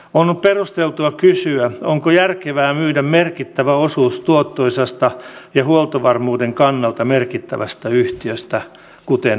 on perusteltua kysyä onko järkevää myydä merkittävä osuus tuottoisasta ja huoltovarmuuden kannalta merkittävästä yhtiöstä kuten nesteestä